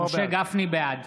בעד